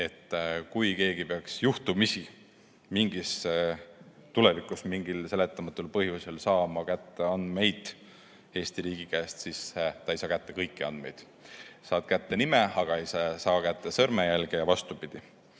et kui keegi peaks juhtumisi tulevikus mingil seletamatul põhjusel saama kätte andmeid Eesti riigi käest, siis ta ei saa kätte kõiki andmeid. Saab kätte nime, aga ei saa kätte sõrmejälge, ja vastupidi.